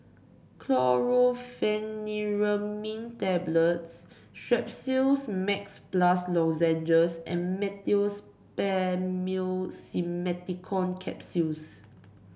Chlorpheniramine Tablets Strepsils Max Plus Lozenges and Meteospasmyl Simeticone Capsules